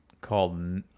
called